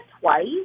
twice